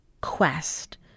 quest